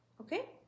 okay